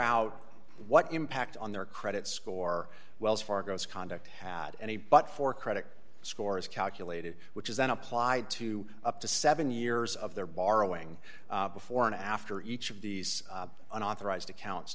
out what impact on their credit score wells fargo's conduct had any but for credit score is calculated which is then applied to up to seven years of their borrowing before and after each of these unauthorized accounts